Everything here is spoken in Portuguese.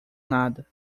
nada